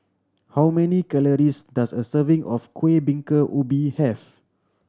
how many calories does a serving of Kueh Bingka Ubi have